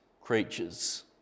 creatures